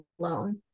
alone